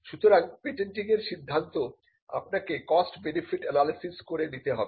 সুতরাং পেটেন্টিং এর সিদ্ধান্ত আপনাকে কস্ট বেনিফিট অ্যানালিসিস করে নিতে হবে